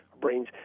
brains